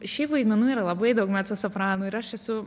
šiaip vaidmenų yra labai daug mecosopranui ir aš esu